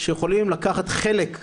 שיכולים לקחת חלק,